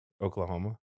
Oklahoma